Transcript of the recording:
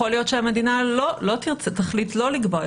יכול להיות שהמדינה תחליט לא לקבוע,